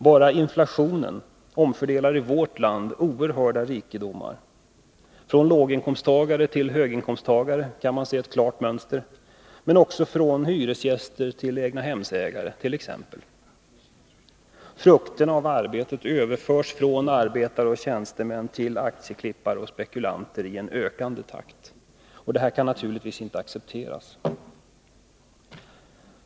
Bara inflationen omfördelar i vårt land oerhörda rikedomar, från låginkomsttagare till höginkomsttagare, där man kan se ett klart mönster, men också från hyresgäster till egnahemsägare etc. Frukterna av arbetet överförs från arbetare och tjänstemän till aktieklippare och spekulanter i en ökande takt. Detta kan naturligtvis inte accepteras.